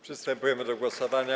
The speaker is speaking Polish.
Przystępujemy do głosowania.